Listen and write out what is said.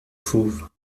fauves